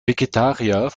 vegetarier